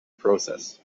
process